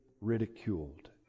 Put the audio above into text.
ridiculed